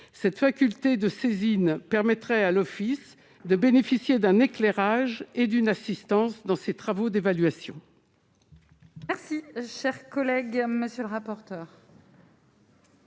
cette faculté de saisine permettrait à l'Office de bénéficier d'un éclairage et d'une assistance dans ses travaux d'évaluation.